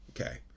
okay